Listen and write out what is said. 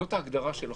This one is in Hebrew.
זאת ההגדרה של החוק.